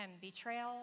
betrayal